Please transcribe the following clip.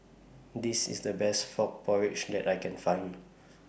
This IS The Best Frog Porridge that I Can Find